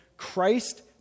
Christ